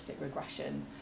regression